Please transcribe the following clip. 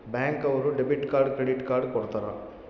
bank ಅವ್ರು debit card credit card ಕೊಡ್ತಾರ